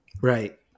Right